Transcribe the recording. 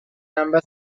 ambas